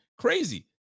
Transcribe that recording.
Crazy